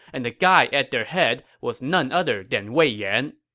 and the guy at their head was none other than wei yan.